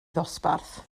ddosbarth